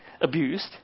abused